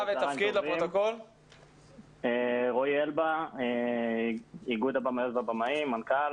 מנכ"ל איגוד הבמאים והבמאיות.